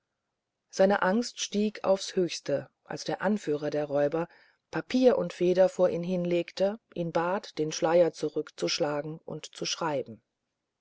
seine angst stieg aber aufs höchste als der anführer der räuber papier und feder vor ihn hinlegte ihn bat den schleier zurückzuschlagen und zu schreiben